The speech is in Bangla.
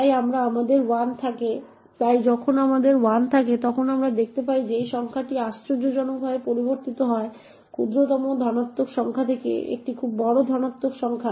তাই যখন আমাদের 1 থাকে তখন আমরা দেখতে পাই যে সংখ্যাটি আশ্চর্যজনকভাবে পরিবর্তিত হয় ক্ষুদ্রতম ঋণাত্মক সংখ্যা থেকে একটি খুব বড় ধনাত্মক সংখ্যা